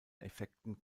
effekten